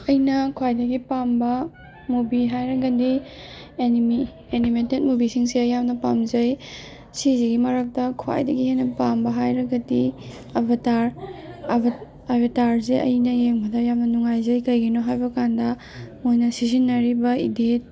ꯑꯩꯅ ꯈ꯭ꯋꯥꯏꯗꯒꯤ ꯄꯥꯝꯕ ꯃꯨꯚꯤ ꯍꯥꯏꯔꯒꯗꯤ ꯑꯦꯅꯤꯃꯤ ꯑꯦꯅꯤꯃꯦꯇꯦꯠ ꯃꯨꯚꯤꯁꯤꯡꯁꯦ ꯌꯥꯝꯅ ꯄꯥꯝꯖꯩ ꯁꯤꯖꯤꯒꯤ ꯃꯔꯛꯇ ꯈ꯭ꯋꯥꯏꯗꯒꯤ ꯍꯦꯟꯅ ꯄꯥꯝꯕ ꯍꯥꯏꯔꯒꯗꯤ ꯑꯚꯇꯥꯔ ꯑꯥꯚ ꯑꯚꯇꯥꯔꯖꯦ ꯑꯩꯅ ꯌꯦꯡꯕꯗ ꯌꯥꯝꯅ ꯅꯨꯡꯉꯥꯏꯖꯩ ꯀꯩꯒꯤꯅꯣ ꯍꯥꯏꯕ ꯀꯥꯟꯗ ꯃꯣꯏꯅ ꯁꯤꯖꯤꯟꯅꯔꯤꯕ ꯏꯗꯤꯠ